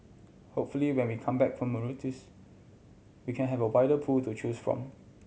hopefully when we come back from Mauritius we can have a wider pool to choose from